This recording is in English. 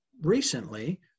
recently